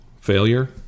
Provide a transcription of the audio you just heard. failure